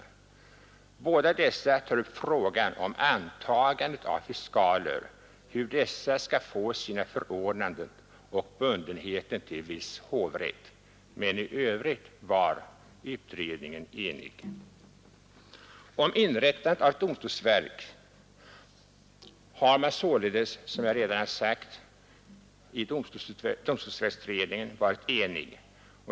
I båda dessa tas upp frågan om antagandet av fiskaler — hur dessa skall få sina förordnanden och bundenheten till viss hovrätt — men i övrigt var utredningen enig.